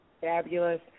fabulous